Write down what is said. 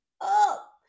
up